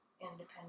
independent